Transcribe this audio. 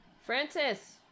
Francis